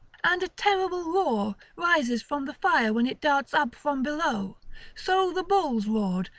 and a terrible roar rises from the fire when it darts up from below so the bulls roared,